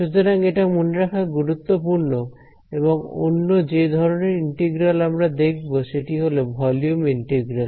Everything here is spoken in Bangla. সুতরাং এটা মনে রাখা গুরুত্বপূর্ণ এবং অন্য যে ধরনের ইন্টিগ্রাল আমরা দেখব সেটি হল ভলিউম ইন্টিগ্রাল